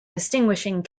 distinguishing